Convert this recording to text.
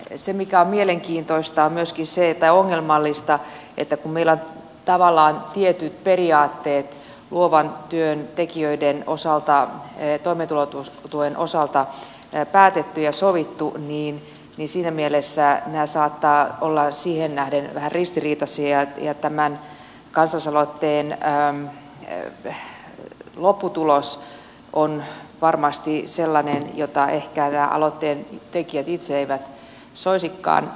mutta se mikä on mielenkiintoista tai ongelmallista on myöskin se että kun meillä on tavallaan tietyt periaatteet luovan työn tekijöiden osalta toimeentulon osalta päätetty ja sovittu niin siinä mielessä nämä saattavat olla siihen nähden vähän ristiriitaisia ja tämän kansalaisaloitteen lopputulos on varmasti sellainen jota ehkä nämä aloitteen tekijät itse eivät soisikaan